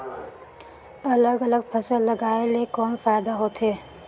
अलग अलग फसल लगाय ले कौन फायदा होथे?